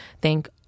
thank